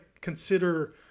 consider